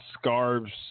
scarves